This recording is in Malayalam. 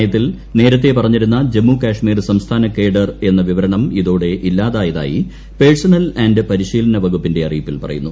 നയത്തിൽ നേരത്തേ പറഞ്ഞിരുന്ന ജമ്മു കശ്മീർ സംസ്ഥാന കേഡർ എന്ന വിവരണം ഇതോടെ ഇല്ലാതായതായി പേഴ്സണൽ ആന്റ് പരിശീലന വകുപ്പിന്റെ അറിയിപ്പിൽ പറയുന്നു